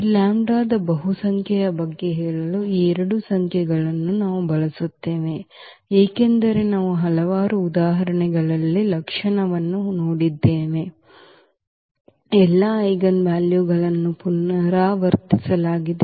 ಈ ಲ್ಯಾಂಬ್ಡಾದ ಬಹುಸಂಖ್ಯೆಯ ಬಗ್ಗೆ ಹೇಳಲು ಈ ಎರಡು ಸಂಖ್ಯೆಗಳನ್ನು ನಾವು ಬಳಸುತ್ತೇವೆ ಏಕೆಂದರೆ ನಾವು ಹಲವಾರು ಉದಾಹರಣೆಗಳಲ್ಲಿ ಲಕ್ಷಣವನ್ನು ನೋಡಿದ್ದೇವೆ ಎಲ್ಲಾ ಐಜೆನ್ವಾಲ್ಯೂಗಳನ್ನು ಪುನರಾವರ್ತಿಸಲಾಗಿದೆ